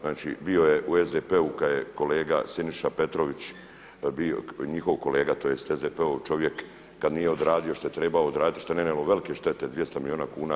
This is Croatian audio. Znači bio je u SDP-u kada je kolega Siniša Petrović, njihov kolega, tj. SDP-ov čovjek kad nije odradio što je trebao odraditi i što je nanijelo velike štete 200 milijuna kuna RH.